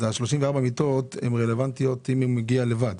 אז ה-34 מיטות הן רלוונטיות אם הוא מגיע לבד,